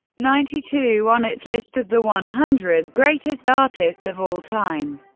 ninety two on its list of the one hundred greatest artists of all time.